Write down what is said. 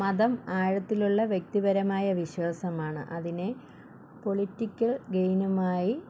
മതം ആഴത്തിലുള്ള വ്യക്തിപരമായ വിശ്വാസമാണ് അതിനെ പൊളിറ്റിക്കൽ ഗെയ്മുമായി